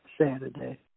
Saturday